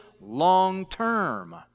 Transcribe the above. long-term